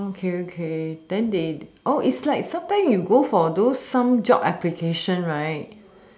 okay okay then they is like sometime you go for those some job application right